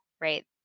right